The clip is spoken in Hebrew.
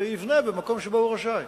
ויבנה במקום שבו הוא רשאי.